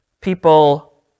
people